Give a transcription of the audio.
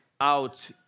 out